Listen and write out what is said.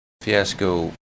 fiasco